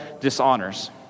dishonors